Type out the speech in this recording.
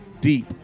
deep